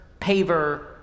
paver